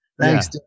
Thanks